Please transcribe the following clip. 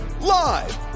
live